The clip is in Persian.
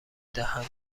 دهند